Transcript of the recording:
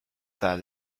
that